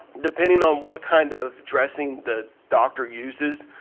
depending on what kind of dressing the doctor uses,